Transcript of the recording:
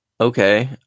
Okay